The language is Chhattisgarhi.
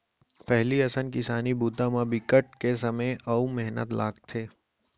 पहिली असन किसानी बूता म बिकट के समे अउ मेहनत लगथे